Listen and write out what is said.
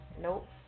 Nope